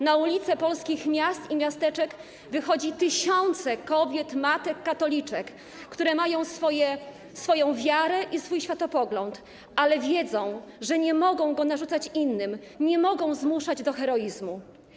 Na ulice polskich miast i miasteczek wychodzą tysiące kobiet, matek, katoliczek, które mają swoją wiarę i swój światopogląd, ale wiedzą, że nie mogą go narzucać innym, nie mogą zmuszać nikogo do heroizmu.